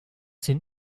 sind